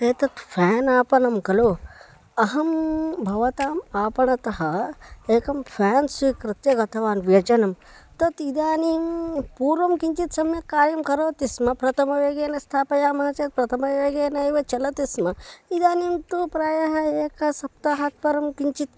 एतत् फ़्यान् आपणं खलु अहं भवताम् आपणतः एकं फ़्यान् स्वीकृत्य गतवती व्यजनं तत् इदानीं पूर्वं किञ्चित् सम्यक् कार्यं करोति स्म प्रथमवेगेन स्थापयामः चेत् प्रथमवेगेनैव चलति स्म इदानीं तु प्रायः एकसप्ताहात् परं किञ्चित्